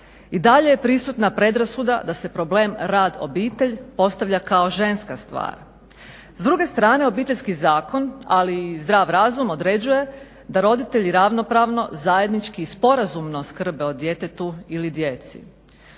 I dalje je prisutna predrasuda da se problem, rad, obitelj postavlja kao ženska stvar. S druge strane, obiteljski zakon ali i zdrav razum određuje da roditelji ravnopravno, zajednički i sporazumno skrbe o djetetu ili djeci.